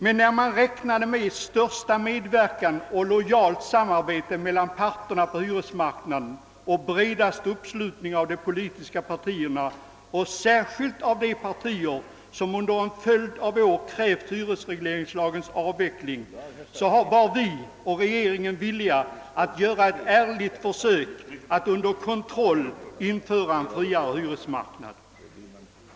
Men då man räknade med största medverkan av och lojalt samarbete mellan parterna på hyresmarknaden och bredaste uppslutning av de politiska partierna, särskilt av de partier som under en följd av år krävt hyresregleringslagens avveckling, var vi och regeringen villiga att göra ett ärligt försök att under kontroll införa en friare hyresmarknad.